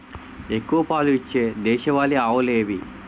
ఎక్కువ పాలు ఇచ్చే దేశవాళీ ఆవులు ఏవి?